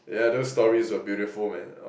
yeah those stories were beautiful man